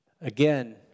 again